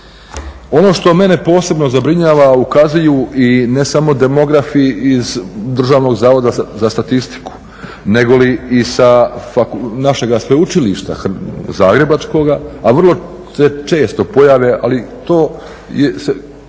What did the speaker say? Ono što mene posebno zabrinjava ukazuju i ne samo demografi iz Državnog zavoda za statistiku nego li i sa našega sveučilišta zagrebačkoga a vrlo se često pojave ali to se